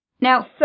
now